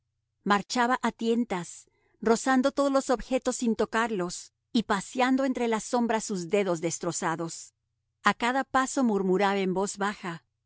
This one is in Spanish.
marchaba a tientas rozando todos los objetos sin tocarlos y paseando entre las sombras sus dedos destrozados a cada paso murmuraba en voz baja